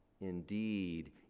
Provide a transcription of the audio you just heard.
indeed